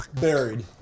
Buried